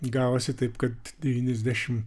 gavosi taip kad devyniasdešimt